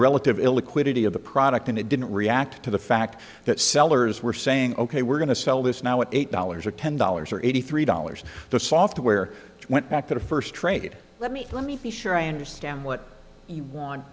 relative illiquidity of the product and it didn't react to the fact that sellers were saying ok we're going to sell this now at eight dollars or ten dollars or eighty three dollars the software went back to the first trade let me let me be sure i understand what you want